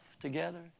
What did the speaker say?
together